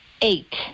eight